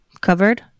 Covered